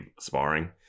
sparring